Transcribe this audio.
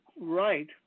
right